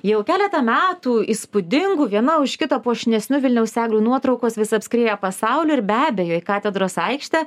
jau keleta metų įspūdingų viena už kitą puošnesnių vilniaus eglių nuotraukos vis apskrieja pasaulį ir be abejo į katedros aikštę